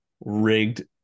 rigged